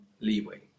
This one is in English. leeway